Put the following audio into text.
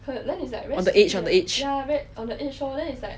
on the edge on the edge